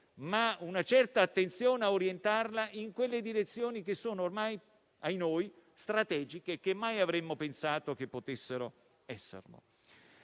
una certa attenzione a orientarla in quelle direzioni che sono ormai - ahinoi - strategiche e che mai avremmo pensato che potessero esserlo.